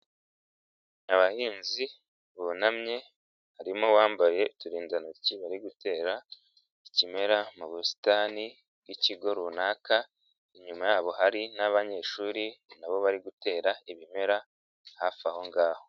Abahinzi bunamye harimo abambaye uturindantoki bari gutera ikimera mu busitani bw'ikigo runaka, inyuma yabo hari n'abanyeshuri na bo bari gutera ibimera hafi aho ngaho.